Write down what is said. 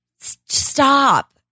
stop